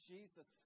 Jesus